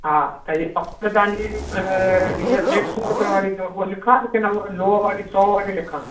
हा त हीअ पकड़ तव्हांजी हीअ ॾेढि सौ रुपए वारी अथव हूअ लिखांसि किन हुअ लोह वारी सौ वारी लिखांसि